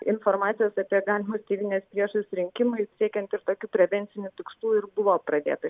informacijos apie galimus tėvynės priešus rinkimui siekiant ir tokių prevencinių tikslų ir buvo pradėtas